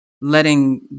letting